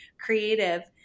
creative